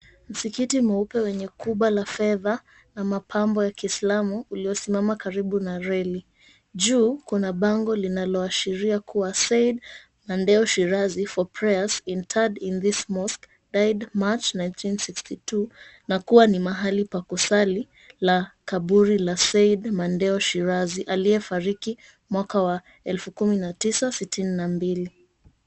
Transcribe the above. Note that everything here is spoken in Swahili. Msikiti mweupe wenye kuba la fedha na mapambo ya Kiislamu uliosimama karibu na reli. Juu kuna bango linaloashiria kuwa Said Mandeo Shirazi for prayers interred in this mosque died March 1962 na kuwa ni mahali pa kusali la kaburi la Said Mandeo Shirazi aliyefariki mwaka wa 1962.